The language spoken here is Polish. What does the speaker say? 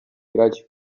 grać